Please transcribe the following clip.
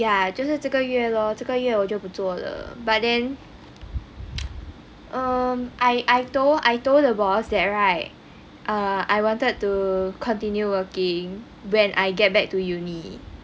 ya 就是这个月咯这个月咯这个月我就不做了 but then um I I told I told the boss that right err I wanted to continue working when I get back to uni